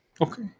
Okay